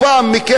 אני ניסיתי,